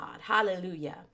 Hallelujah